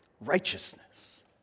righteousness